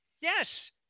Yes